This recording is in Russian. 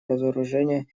разоружения